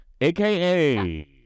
aka